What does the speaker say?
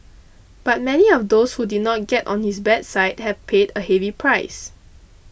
but many of those who did not get on his bad side have paid a heavy price